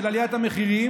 של עליית המחירים,